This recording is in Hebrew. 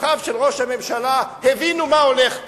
שלוחיו של ראש הממשלה הבינו מה הולך פה,